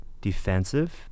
defensive